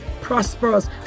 prosperous